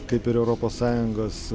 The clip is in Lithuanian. kaip ir europos sąjungos